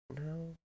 No